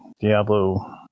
Diablo